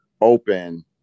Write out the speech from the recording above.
open